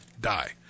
die